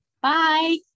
Bye